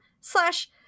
slash